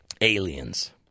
Aliens